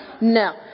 no